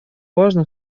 важно